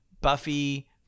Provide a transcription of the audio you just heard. Buffy